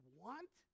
want